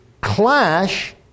clash